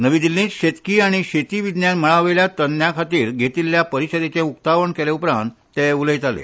नवी दिल्लींत शेतकी आनी शेती विज्ञान मळावेल्या तज्ञां खातीर घेतिल्ल्या परिशदेचे उक्तावण केले उपरांत ते उलयताले